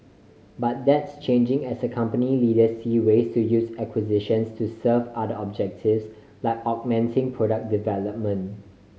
but that's changing as a company leader see ways to use acquisitions to serve other objectives like augmenting product development